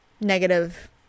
negative